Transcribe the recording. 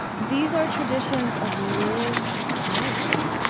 these are traditions of lived piety.